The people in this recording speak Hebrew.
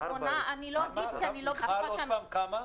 לא אגיד כי אני לא בטוחה שאני צודקת.